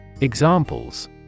Examples